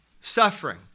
suffering